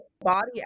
body